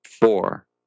four